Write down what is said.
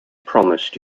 promised